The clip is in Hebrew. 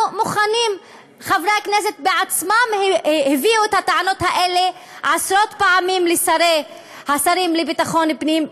חברי הכנסת עצמם הביאו את הטענות האלה עשרות פעמים לשרים לביטחון פנים,